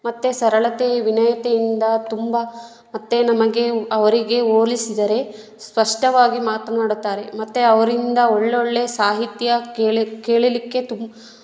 ಮತ್ತು ಸರಳತೆ ವಿನಯತೆಯಿಂದ ತುಂಬ ಮತ್ತು ನಮಗೆ ಅವರಿಗೆ ಹೋಲಿಸಿದರೆ ಸ್ಪಷ್ಟವಾಗಿ ಮಾತನಾಡುತ್ತಾರೆ ಮತ್ತು ಅವರಿಂದ ಒಳ್ಳೊಳ್ಳೆ ಸಾಹಿತ್ಯ ಕೇಳ ಕೇಳಲಿಕ್ಕೆ ತುಂಬ